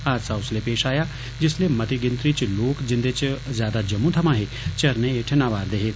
हादसा उसलै पेष आया जिसलै मती गिनतरी च लोक जिंदे च ज्यादा जम्मू थमां हे झरने हेठ नवारदे हे